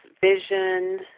Vision